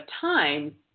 time